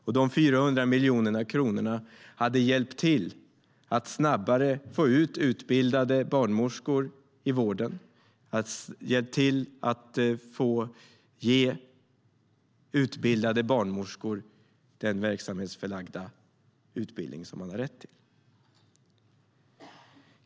Dessa 400 miljoner kronor hade hjälpt till att snabbare få ut utbildade barnmorskor i vården. Det gäller den verksamhetsbelagda utbildning som man har rätt till.